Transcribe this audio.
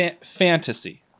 fantasy